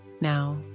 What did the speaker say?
Now